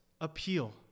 appeal